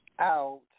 out